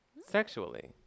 sexually